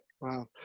Wow